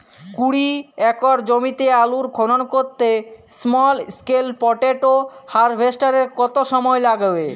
কুড়ি একর জমিতে আলুর খনন করতে স্মল স্কেল পটেটো হারভেস্টারের কত সময় লাগবে?